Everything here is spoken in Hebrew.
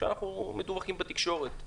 שאנחנו מדווחים עליהם בתקשורת.